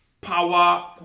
power